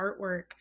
artwork